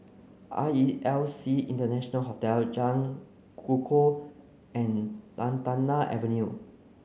R E L C International Hotel Jalan Kukoh and Lantana Avenue